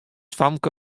famke